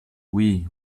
oui